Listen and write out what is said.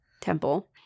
temple